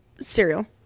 cereal